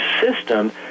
system